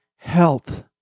Health